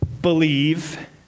believe